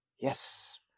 Yes